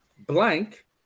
blank